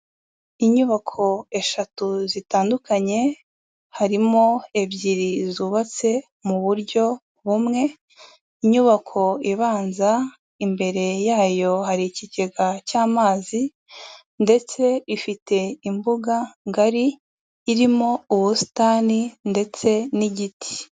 Inyubako eshatu zitandukanye, harimo ebyiri zubatse mu buryo bumwe, inyubako ibanza imbere yayo hari ikigega cy'amazi ndetse ifite imbuga ngari, irimo ubusitani ndetse n'igiti.